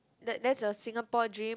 that that's a Singapore dream